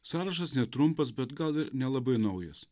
sąrašas netrumpas bet gal ir nelabai naujas